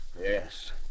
Yes